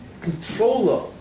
controller